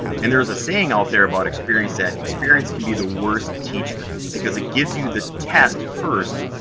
and there's a saying out there about experience, that experience can be the worst teacher, because it gives you the test first,